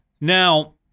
Now